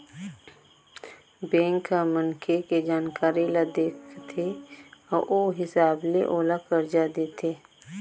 bank ह मनखे के जानकारी ल देखथे अउ ओ हिसाब ले ओला करजा देथे